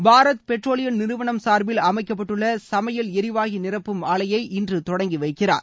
Bharat Petroleum நிறுவனம் சார்பில் அமைக்கப்பட்டுள்ள சமையல் எரிவாயு நிரப்பும் ஆலையை இன்று தொடங்கி வைக்கிறார்